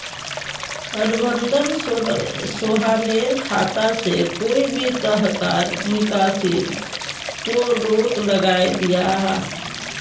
प्रबंधक सोहानेर खाता से कोए भी तरह्कार निकासीर पोर रोक लगायें दियाहा